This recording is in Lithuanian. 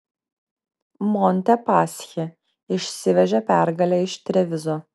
montepaschi išsivežė pergalę iš trevizo